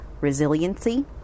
resiliency